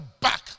back